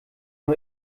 nur